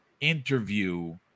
interview